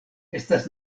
estas